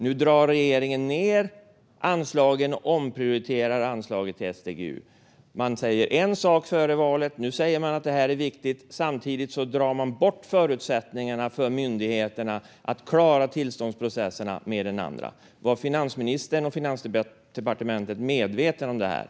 Nu drar regeringen ned på anslagen och omprioriterar anslaget till SGU. Man säger en sak före valet, nämligen att detta är viktigt, och samtidigt drar man bort förutsättningarna för myndigheterna att klara tillståndsprocesserna. Var finansministern och Finansdepartementet medvetna om detta?